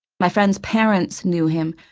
my friends' parents knew him.